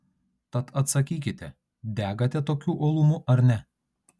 tad atsakykite degate tokiu uolumu ar ne